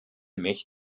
mich